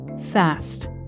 fast